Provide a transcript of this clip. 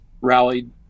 rallied